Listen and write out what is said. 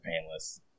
painless